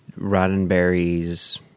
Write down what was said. Roddenberry's